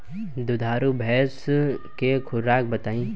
दुधारू भैंस के खुराक बताई?